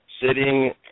sitting